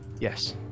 Yes